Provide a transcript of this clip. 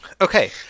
Okay